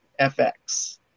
FX